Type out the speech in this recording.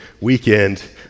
weekend